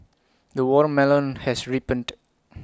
the watermelon has ripened